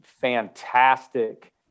fantastic